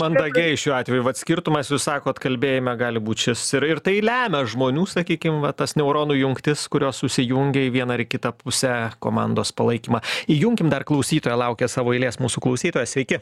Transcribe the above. mandagiai šiuo atveju vat skirtumas jūs sakot kalbėjime gali būt šis ir ir tai lemia žmonių sakykim va tas neuronų jungtis kurios susijungia į vieną ar į kitą pusę komandos palaikymą įjunkim dar klausytoją laukia savo eilės mūsų klausytoja sveiki